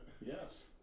Yes